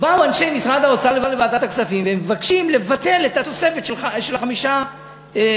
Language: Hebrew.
באו אנשי משרד האוצר לוועדת הכספים וביקשו לבטל את התוספת של חמש השעות.